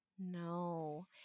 No